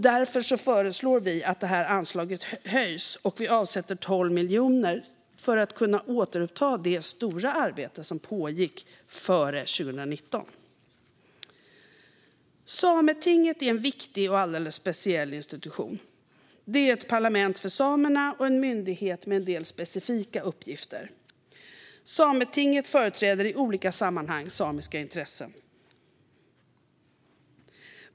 Därför föreslår vi att anslaget höjs och avsätter 12 miljoner för att kunna återuppta det stora arbete som pågick före 2019. Sametinget är en viktig och alldeles speciell institution. Det är ett parlament för samerna och en myndighet med en del specifika uppgifter. Sametinget företräder i olika sammanhang samiska intressen.